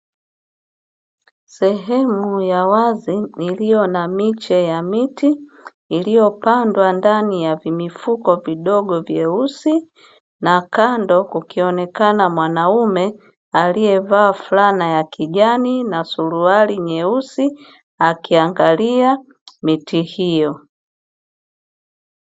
Sehemu ya wazi iliyo na miche ya miti iliyopandwa ndani ya vimifuko vidogo vyeusi, na kando kukionekana mwanaume aliyevaa fulana ya kijani na suruali nyeusi akiangalia miti hiyo.